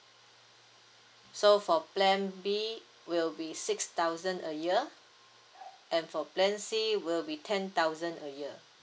so for plan B will be six thousand a year and for plan C will be ten thousand a year